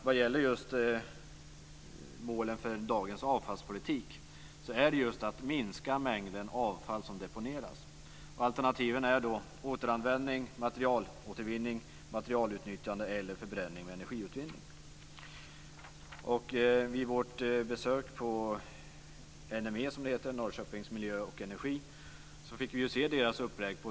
Målen för dagens avfallspolitik är just att minska mängden avfall som deponeras. Alternativen är då återanvändning, materialåtervinning, materialutnyttjande eller förbränning med energiutvinning. Energi fick vi se hur de hanterar detta i verkligheten.